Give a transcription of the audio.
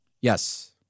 Yes